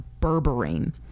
berberine